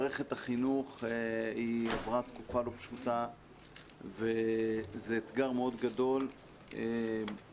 מערכת החינוך עברה תקופה לא פשוטה וזה אתגר מאוד גדול וחשוב